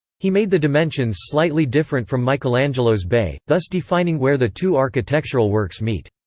he made the dimensions slightly different from michelangelo's bay, thus defining where the two architectural works meet.